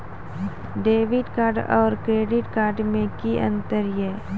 Debit card और credit card मे कि अंतर या?